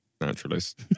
naturalist